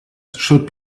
should